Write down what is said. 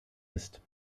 ist